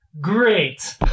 great